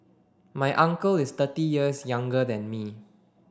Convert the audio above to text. my uncle is thirty years younger than me